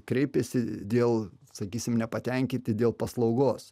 kreipėsi dėl sakysim nepatenkinti dėl paslaugos